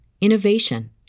innovation